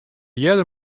earder